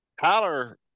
Tyler